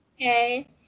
okay